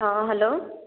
हँ हलो